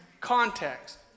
context